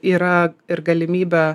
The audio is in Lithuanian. yra ir galimybė